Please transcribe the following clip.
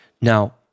Now